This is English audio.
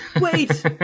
Wait